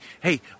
hey